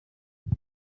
neza